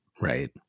Right